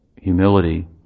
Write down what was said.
humility